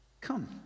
come